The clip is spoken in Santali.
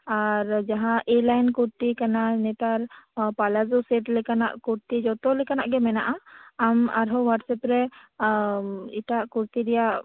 ᱟᱨ ᱡᱟᱦᱟᱸ ᱮ ᱞᱟᱭᱤᱱ ᱠᱩᱨᱛᱤ ᱠᱟᱱᱟ ᱱᱮᱛᱟᱨ ᱯᱟᱞᱟ ᱠᱚ ᱥᱮᱴ ᱞᱮᱠᱟᱱᱟᱜ ᱠᱩᱨᱛᱤ ᱡᱚᱛᱚ ᱞᱮᱠᱟᱱᱟᱜ ᱜᱮ ᱢᱮᱱᱟᱜᱼᱟ ᱟᱢ ᱟᱨ ᱦᱚᱸ ᱳᱭᱟᱴᱥᱮᱯ ᱨᱮ ᱮᱴᱟᱜ ᱠᱩᱨᱛᱤ ᱨᱮᱭᱟᱜ